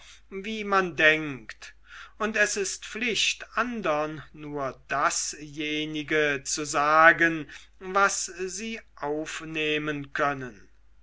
wie man denkt und es ist pflicht andern nur dasjenige zu sagen was sie aufnehmen können